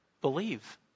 believe